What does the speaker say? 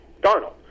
Darnold